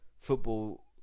football